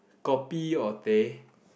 kopi or teh